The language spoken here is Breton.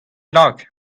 bennak